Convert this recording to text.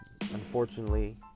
unfortunately